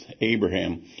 Abraham